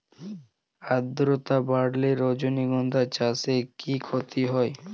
আদ্রর্তা বাড়লে রজনীগন্ধা চাষে কি ক্ষতি হয়?